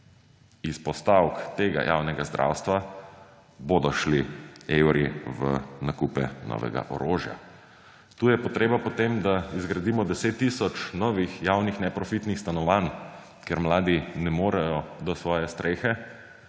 Iz postavk tega javnega zdravstva bodo šli evri v nakupe novega orožja. Tu je potreba po tem, da izgradimo 10 tisoč novih javnih neprofitnih stanovanj, ker mladi ne morejo do svoje strehe